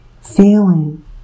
feeling